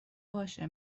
باشه